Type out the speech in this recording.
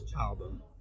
album